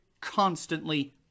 constantly